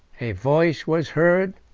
a voice was heard,